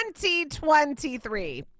2023